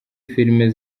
filime